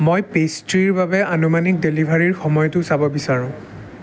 মই পেষ্ট্ৰিৰ বাবে আনুমানিক ডেলিভাৰীৰ সময়টো চাব বিচাৰোঁ